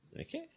Okay